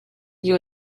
you